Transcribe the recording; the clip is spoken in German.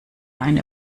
eine